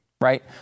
Right